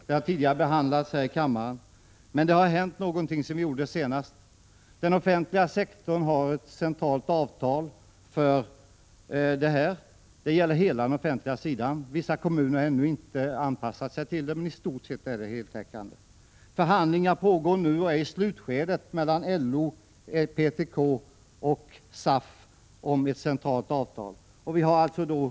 Den har tidigare behandlats här i kammaren, men det har hänt någonting sedan det skedde senast. På den offentliga sektorn finns ett centralt avtal om sådan ledighet. Vissa kommuner har ännu inte anpassat sig till avtalet, men i stort sett är det heltäckande. Förhandlingar pågår mellan LO, PTK och SAF om ett centralt avtal, och de är nu i slutskedet.